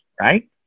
right